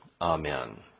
amen